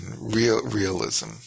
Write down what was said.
realism